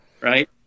Right